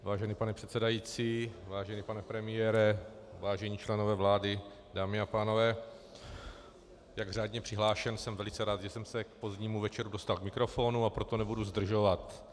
Vážený pane předsedající, vážený pane premiére, vážení členové vlády, dámy a pánové, jak řádně přihlášen, jsem velice rád, že jsem se k pozdnímu večeru dostal k mikrofonu, a proto nebudu zdržovat.